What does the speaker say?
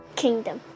kingdom